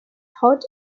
hot